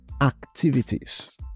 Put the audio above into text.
activities